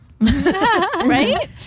Right